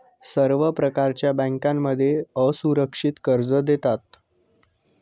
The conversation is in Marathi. सर्व प्रकारच्या बँकांमध्ये असुरक्षित कर्ज देतात